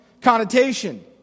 connotation